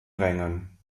rängen